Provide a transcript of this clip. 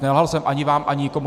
Nelhal jsem ani vám, ani nikomu.